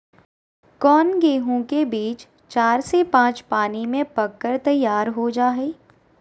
कौन गेंहू के बीज चार से पाँच पानी में पक कर तैयार हो जा हाय?